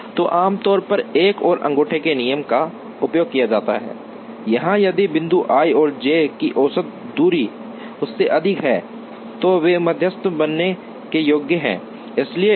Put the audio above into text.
तो आम तौर पर एक और अंगूठे के नियम का उपयोग किया जाता है जहां यदि बिंदु i और j की औसत दूरी इससे अधिक है तो वे मध्यस्थ बनने के योग्य हैं